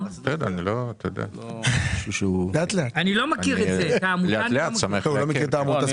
אני לא מכיר את העמותה, בויאן זאת חסידות.